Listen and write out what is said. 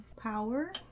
Power